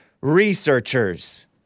researchers